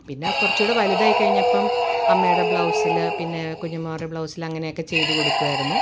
പിന്നെ കുറച്ചുംകൂടെ വലുതായി കഴിഞ്ഞപ്പം അമ്മയുടെ ബ്ലൗസ്സില് പിന്നെ കുഞ്ഞമ്മമാരുടെ ബ്ലൗസ്സില് അങ്ങനെ ഒക്കെ ചെയ്ത് കൊടുക്കുവായിരുന്നു